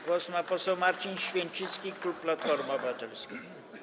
Głos ma poseł Marcin Święcicki, klub Platforma Obywatelska.